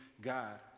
God